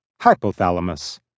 Hypothalamus